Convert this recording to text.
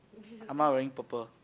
ah ma wearing purple